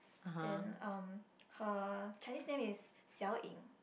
then um her Chinese name is Xiao Ying